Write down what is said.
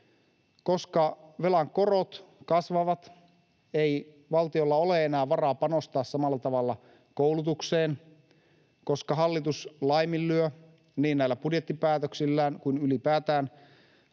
Koska velan korot kasvavat, ei valtiolla ole enää varaa panostaa samalla tavalla koulutukseen, ja koska hallitus laiminlyö niin näillä budjettipäätöksillään kuin ylipäätään